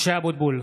(קורא בשמות חברי הכנסת) משה אבוטבול,